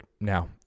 now